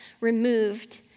removed